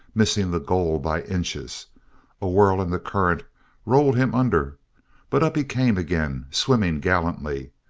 missing the goal by inches a whirl in the current rolled him under but up he came again, swimming gallantly.